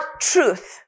truth